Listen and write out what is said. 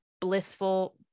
blissful